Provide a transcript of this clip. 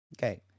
Okay